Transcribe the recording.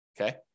okay